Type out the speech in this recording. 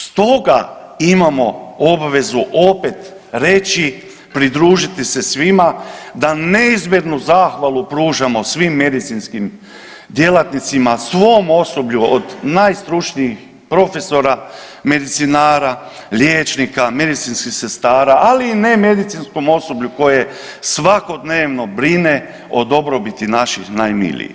Stoga imamo obvezu opet reći, pridružiti se svima da neizmjernu zahvalu pružamo svim medicinskim djelatnicima, svom osoblju od najstručnijih profesora medicinara, liječnika, medicinskih sestara, ali i nemedicinskom osoblju koje svakodnevno brine o dobrobiti naših najmilijih.